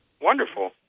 Wonderful